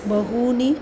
बहूनि